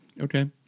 Okay